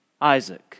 Isaac